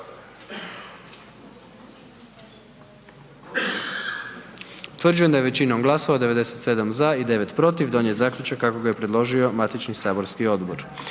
Utvrđujem da je većinom glasova 99 za i 1 suzdržani donijet zaključak kako su ga predložila saborska radna